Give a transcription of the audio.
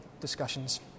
discussions